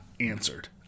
answered